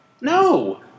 No